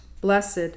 blessed